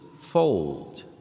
fold